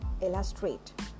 illustrate